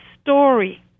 story